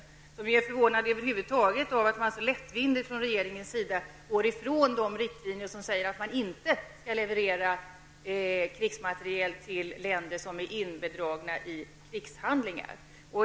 Fredsopinionen är över huvud taget förvånad över att regeringen så lättvindigt går ifrån de riktlinjer som säger att man inte skall leverera krigsmateriel till länder som är indragna i krigshandlingar.